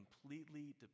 completely